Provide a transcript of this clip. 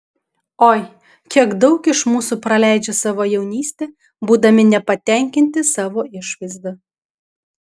oi kiek daug iš mūsų praleidžia savo jaunystę būdami nepatenkinti savo išvaizda